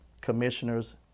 commissioners